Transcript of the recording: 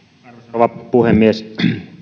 rouva puhemies